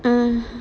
mm